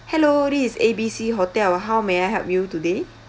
hello this is A B C hotel ah how may I help you today